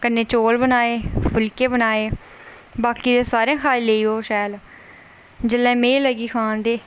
कन्नै चौल बनाए फुल्के बनाए बाकी सारें खाई लेई ओह् शैल जेल्लै में लगी खान ते